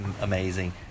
amazing